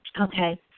Okay